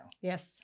Yes